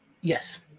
Yes